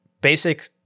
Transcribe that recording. basic